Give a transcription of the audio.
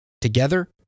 Together